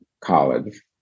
college